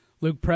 Luke